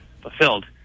fulfilled